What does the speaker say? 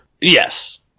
yes